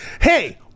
hey